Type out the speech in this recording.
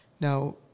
Now